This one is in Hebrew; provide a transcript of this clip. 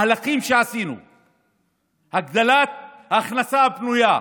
מהלכים שעשינו: הגדלת ההכנסה הפנויה,